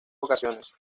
ocasiones